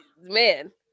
man